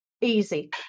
Easy